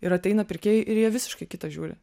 ir ateina pirkėjai ir jie visiškai kitą žiūri